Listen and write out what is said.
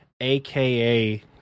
aka